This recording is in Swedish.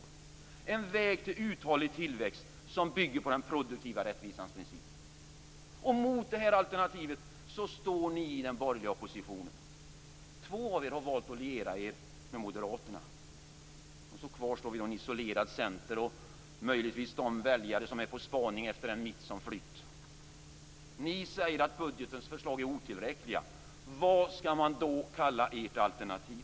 Det är en väg till uthållig tillväxt som bygger på den produktiva rättvisans princip. Mot det här alternativet står ni i den borgerliga oppositionen. Två partier har valt att liera sig med Moderaterna. Kvar står en isolerad Center och möjligen de väljare som är på spaning efter den mitt som flytt. Ni säger att budgetens förslag är otillräckliga. Vad skall man då kalla ert alternativ?